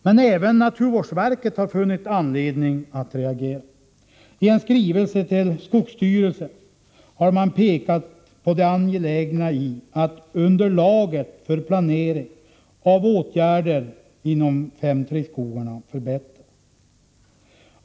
Men även naturvårdsverket har funnit anledning att reagera. I en skrivelse till skogsstyrelsen har verket pekat på det angelägna i att underlaget för planering av åtgärder inom 5:3-skogarna förbättras.